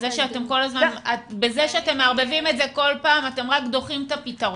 בזה שאתם מערבים את זה כל פעם אתם רק דוחים את הפתרון.